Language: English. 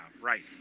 right